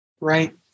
right